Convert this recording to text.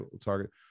Target